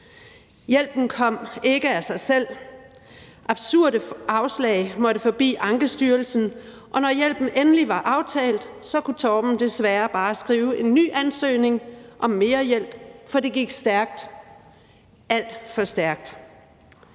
Hjælpen kom ikke af sig selv. Absurde afslag måtte forbi Ankestyrelsen, og når hjælpen endelig var aftalt, kunne Torben desværre bare skrive en ny ansøgning om mere hjælp. For det gik stærkt, alt for stærkt.